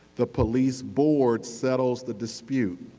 the police board settle the dispute.